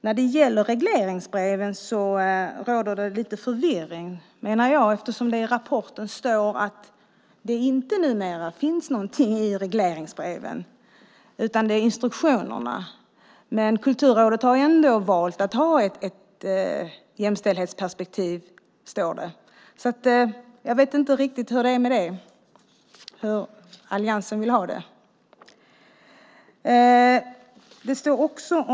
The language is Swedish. När det gäller regleringsbreven råder det lite förvirring, menar jag, eftersom det i rapporten står att det numera inte finns någonting i regleringsbreven utan det är instruktionerna som gäller. Kulturrådet har ändå valt att ha ett jämställdhetsperspektiv, står det. Jag vet inte riktigt hur det är med det, hur alliansen vill ha det.